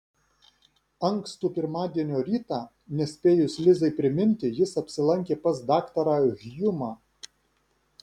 ankstų pirmadienio rytą nespėjus lizai priminti jis apsilankė pas daktarą hjumą